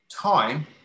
Time